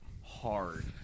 hard